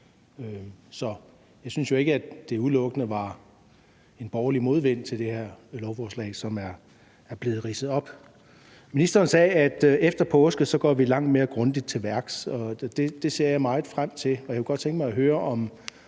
jeg synes jo ikke, at der udelukkende var borgerlig modvind i forbindelse med det her lovforslag, som er blevet ridset op. Ministeren sagde, at vi efter påske vil gå langt mere grundigt til værks. Det ser jeg meget frem til, og jeg kunne godt tænke mig at høre, om